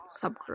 subgroup